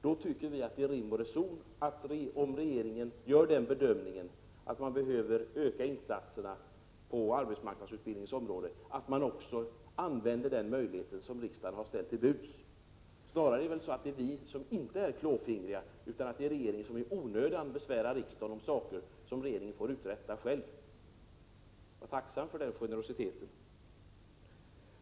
Då tycker vi att det är rim och reson att regeringen gör bedömningen att man behöver öka insatserna på arbetsmarknadsutbildningens område och att man också använder den möjlighet som riksdagen har sett till står till buds. Det är väl snarare vi som inte är klåfingriga. Det är regeringen som i onödan besvärar riksdagen med saker som regeringen får uträtta själv. Var tacksam för denna generositet!